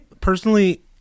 personally